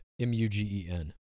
M-U-G-E-N